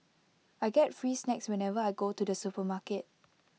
I get free snacks whenever I go to the supermarket